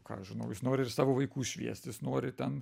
ką aš žinau jis nori ir savo vaikus šviest jis nori ten